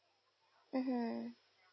mmhmm